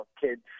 kids